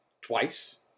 twice